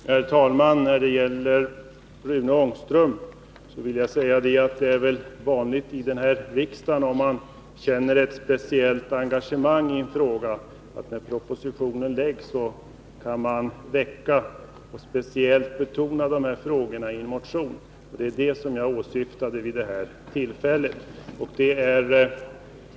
Herr talman! Till Rune Ångström vill jag säga att det väl är vanligt här i riksdagen att man, om man känner ett speciellt engagemang i en fråga, 187. väcker en motion och speciellt betonar denna fråga i samband med att en proposition avges. Det var detta jag åsyftade.